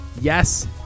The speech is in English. Yes